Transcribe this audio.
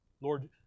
Lord